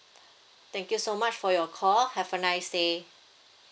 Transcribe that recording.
thank you so much for your call have a nice day